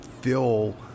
fill